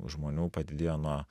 žmonių padidėjo nuo